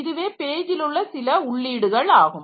இதுவே பேஜில் உள்ள சில உள்ளீடுகள் ஆகும்